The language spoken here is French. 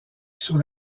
sur